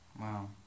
Wow